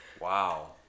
Wow